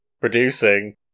producing